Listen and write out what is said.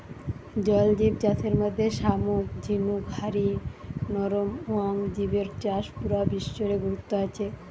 জল জিব চাষের মধ্যে শামুক ঝিনুক হারি নরম অং জিবের চাষ পুরা বিশ্ব রে গুরুত্ব আছে